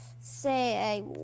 say